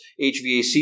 HVAC